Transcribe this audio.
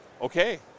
Okay